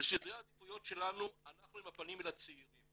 בסדרי העדיפויות שלנו אנחנו עם הפנים לצעירים.